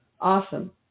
Awesome